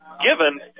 given